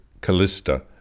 Callista